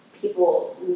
people